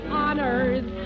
honors